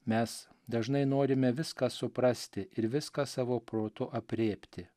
mes dažnai norime viską suprasti ir viską savo protu aprėpti